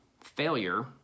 failure